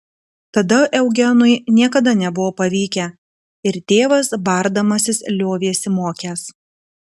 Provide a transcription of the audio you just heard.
tada eugenui niekada nebuvo pavykę ir tėvas bardamasis liovėsi mokęs